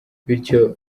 bityo